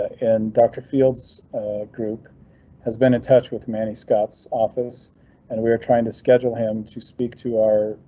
and doctor fields group has been in touch with many scott's office and we were trying to schedule him to speak to our